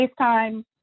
FaceTime